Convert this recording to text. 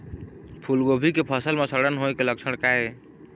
फूलगोभी के फसल म सड़न होय के लक्षण का ये?